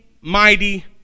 mighty